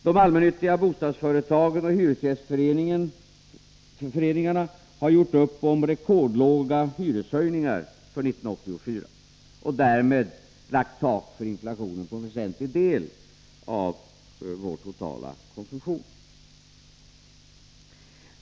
De allmännyttiga bostadsföretagen och hyresgästföreningarna har gjort upp om rekordlåga hyreshöjningar för 1984 och därmed lagt tak för inflationen på en väsentlig del av vår totala konsumtion.